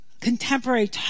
Contemporary